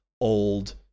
old